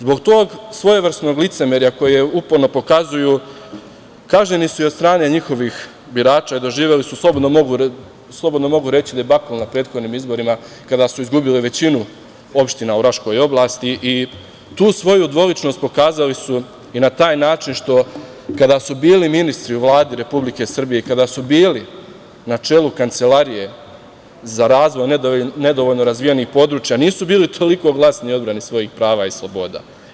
Zbog tog svojevrsnog licemerja koje uporno pokazuju kažnjeni su i od strane njihovih birača i doživeli su, slobodno mogu reći, debakl na prethodnim izborima kada su izgubili većinu opština u Raškoj oblasti i tu svoju dvoličnost pokazali su i na taj način što kada su bili ministri u Vladi Republike Srbije i kada su bili na čelu Kancelarije za razvoj nedovoljno razvijenih područja nisu bili toliko glasni u odbrani svojih prava i sloboda.